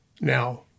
now